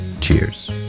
Cheers